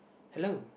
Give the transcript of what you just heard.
hello